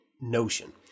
notion